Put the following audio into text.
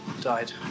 died